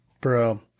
Bro